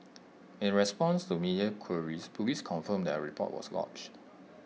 in response to media queries Police confirmed that A report was lodged